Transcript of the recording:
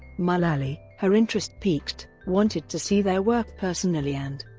mullally, her interest piqued, wanted to see their work personally and,